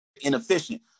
inefficient